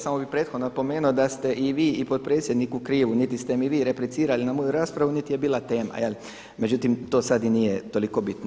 Samo bih prethodno napomenuo da ste i vi i potpredsjednik u krivu, niti ste mi vi replicirali na moju raspravu niti je bila tema, međutim to sada i nije toliko bitno.